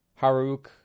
Haruk